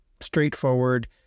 straightforward